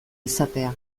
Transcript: izatea